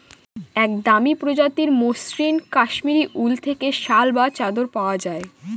এক দামি প্রজাতির মসৃন কাশ্মীরি উল থেকে শাল বা চাদর পাওয়া যায়